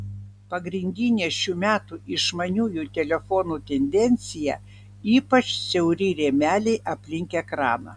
pagrindinė šių metų išmaniųjų telefonų tendencija ypač siauri rėmeliai aplink ekraną